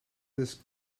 this